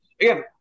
Again